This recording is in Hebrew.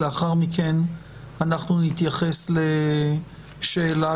לאחר מכן אנחנו נתייחס לשאלת